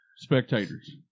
Spectators